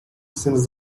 since